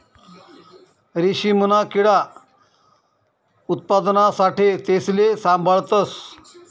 रेशीमना किडा उत्पादना साठे तेसले साभाळतस